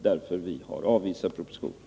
Därför har vi avvisat propositionen.